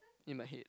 in my head